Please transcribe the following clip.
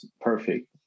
Perfect